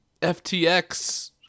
FTX